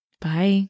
Bye